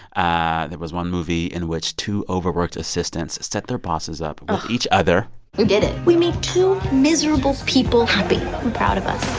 ah there was one movie in which two overworked assistants set their bosses up with each other we did it. we made two miserable people happy. i'm proud of us